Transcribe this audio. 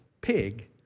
pig